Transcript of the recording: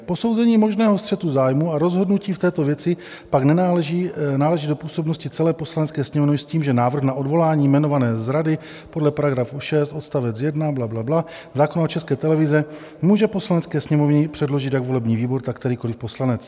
Posouzení možného střetu zájmů a rozhodnutí v této věci pak náleží do působnosti celé Poslanecké sněmovny s tím, že návrh na odvolání jmenované z Rady podle § 6 odstavec 1... bla, bla, bla... zákona o České televizi může Poslanecké sněmovně předložit jak volební výbor, tak kterýkoliv poslanec.